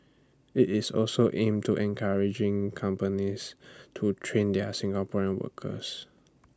IT is also aimed to encouraging companies to train their Singaporean workers